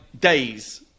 days